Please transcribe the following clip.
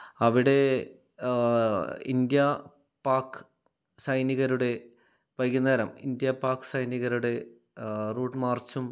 അവിടെ ഇന്ത്യ പാക് സൈനികരുടെ വൈകുന്നേരം ഇന്ത്യ പാക് സൈനികരുടെ റൂട്ട് മാർച്ചും